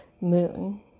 moon